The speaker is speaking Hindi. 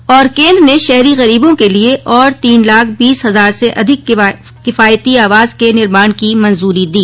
और केन्द्र ने शहरी गरीबों के लिए और तीन लाख बीस हजार से अधिक किफायती आवास के निर्माण की मंजूरी दी